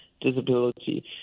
disability